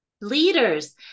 Leaders